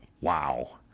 Wow